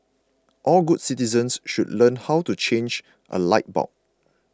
all good citizens should learn how to change a light bulb